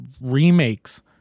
remakes